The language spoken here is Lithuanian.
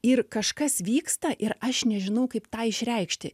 ir kažkas vyksta ir aš nežinau kaip tą išreikšti